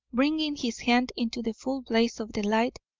bringing his hands into the full blaze of the light,